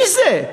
מי זה?